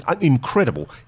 Incredible